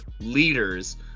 leaders